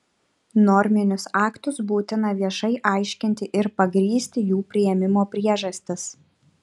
norminius aktus būtina viešai aiškinti ir pagrįsti jų priėmimo priežastis